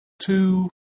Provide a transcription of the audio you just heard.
two